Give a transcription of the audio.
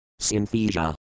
Synthesia